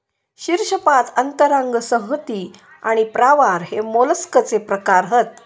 शीर्शपाद अंतरांग संहति आणि प्रावार हे मोलस्कचे प्रकार हत